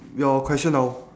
your question now